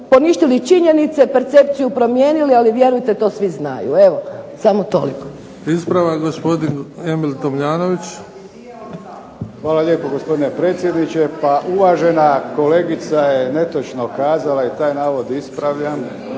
poništili činjenice, percepciju promijenili, ali vjerujte to svi znaju. Evo, samo toliko. **Bebić, Luka (HDZ)** Ispravak gospodin Emil Tomljanović. **Tomljanović, Emil (HDZ)** Hvala lijepo gospodine predsjedniče. Pa uvažena kolegica je netočno kazala i taj navod ispravljam.